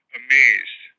amazed